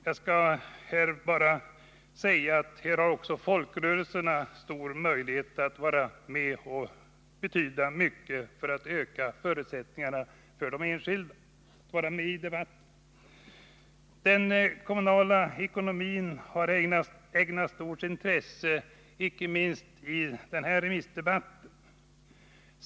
Jag vill bara tillägga att också folkrörelserna har stor möjlighet att vara med och öka förutsättningarna för de enskilda att vara med i debatten. Den kommunala ekonomin har ägnats stort intresse icke minst i denna remissdebatt.